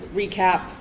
recap